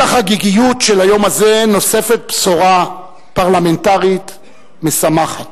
אל החגיגיות של היום הזה נוספת בשורה פרלמנטרית משמחת.